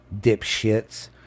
dipshits